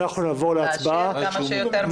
לאשר כמה שיותר מהר.